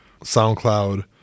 SoundCloud